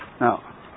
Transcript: Now